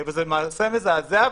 זה מעשה מזעזע,